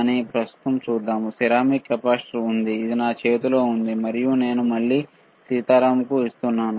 కానీ ప్రస్తుతం ceramic capacitor ని చూద్దాం ఇది నా చేతిలో ఉంది మరియు నేను మళ్ళీ సీతారాంకు ఇస్తున్నాను